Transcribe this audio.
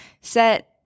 set